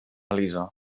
elisa